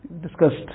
discussed